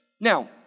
Now